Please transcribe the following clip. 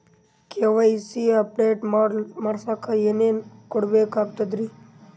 KYC update ಮಾಡಸ್ಲಕ ಏನೇನ ಕೊಡಬೇಕಾಗ್ತದ್ರಿ?